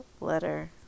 letter